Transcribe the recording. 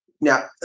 Now